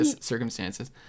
circumstances